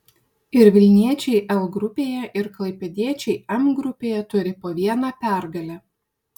ir vilniečiai l grupėje ir klaipėdiečiai m grupėje turi po vieną pergalę